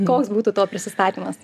koks būtų to prisistatymas